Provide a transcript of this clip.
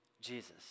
Jesus